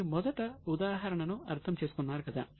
మీరు మొదటి ఉదాహరణను అర్థం చేసుకున్నారు కదా